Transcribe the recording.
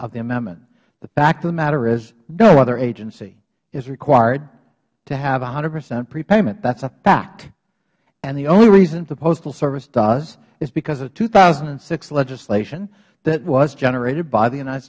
of the amendment the fact of the matter is no other agency is required to have one hundred percent pre payment that is a fact and the only reason the postal service does is because of the two thousand and six legislation that was generated by the united